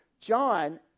John